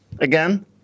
again